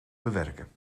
bewerken